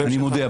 אני מודה לך.